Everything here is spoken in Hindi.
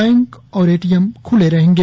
बैंक और एटीएम ख्ले रहेंगे